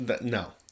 No